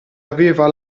aveva